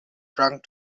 drunk